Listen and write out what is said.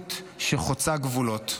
מחויבות שחוצה גבולות,